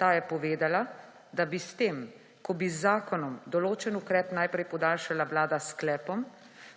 Ta je povedala, da bi s tem, ko bi z zakonom določen ukrep najprej podaljšala vlada s sklepom,